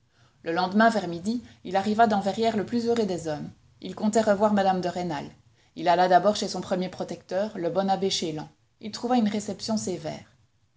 le lendemain vers midi il arriva dans verrières le plus heureux des hommes il comptait revoir mme de rênal il alla d'abord chez son premier protecteur le bon abbé chélan il trouva une réception sévère